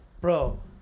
bro